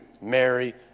Mary